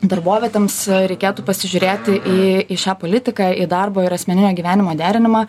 darbovietėms reikėtų pasižiūrėti į į šią politiką į darbo ir asmeninio gyvenimo derinimą